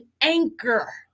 anchor